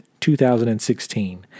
2016